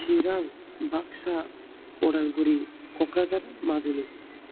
Chirang Baksa Udalguri Kokrajhar Majuli